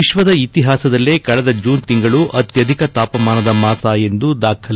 ವಿಶ್ವದ ಇತಿಹಾಸದಲ್ಲೇ ಕಳೆದ ಜೂನ್ ತಿಂಗಳು ಅತ್ತಧಿಕ ತಾಪಮಾನದ ಮಾಸ ಎಂದು ದಾಖಲು